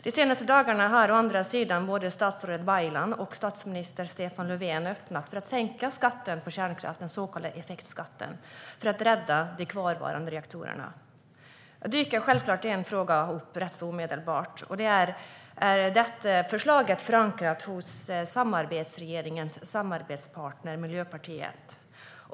De senaste dagarna har å andra sidan både statsrådet Baylan och statsminister Stefan Löfven öppnat för att sänka skatten på kärnkraft, den så kallade effektskatten, för att rädda de kvarvarande reaktorerna. Då dyker omedelbart en fråga upp, nämligen om det förslaget är förankrat hos samarbetsregeringens samarbetspartner Miljöpartiet.